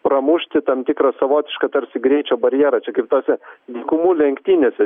pramušti tam tikrą savotišką tarsi greičio barjerą čiakaip tuose dykumų lenktynėse